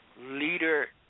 leader